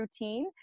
routine